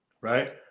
right